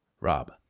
Rob